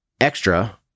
extra